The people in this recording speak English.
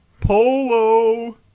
polo